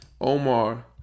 Omar